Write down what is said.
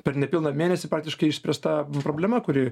per nepilną mėnesį praktiškai išspręsta problema kuri